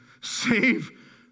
save